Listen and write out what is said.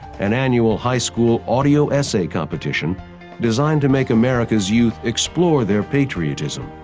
an annual high school audio-essay competition designed to make america's youth explore their patriotism,